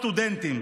סטודנטים,